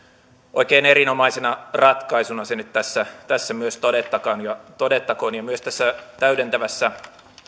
oikein erinomaisena ratkaisuna se nyt tässä tässä myös todettakoon tässä täydentävässä